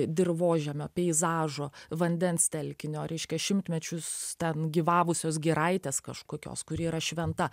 dirvožemio peizažo vandens telkinio reiškia šimtmečius ten gyvavusios giraitės kažkokios kuri yra šventa